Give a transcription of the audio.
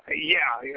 yeah.